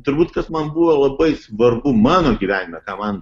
turbūt kas man buvo labai svarbu mano gyvenime ką man